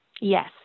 Yes